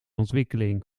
ontwikkeling